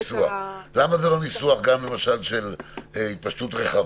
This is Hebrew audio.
למה זה לא ניסוח גם של התפשטות רחבה?